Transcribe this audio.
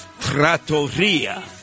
Trattoria